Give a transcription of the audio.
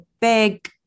big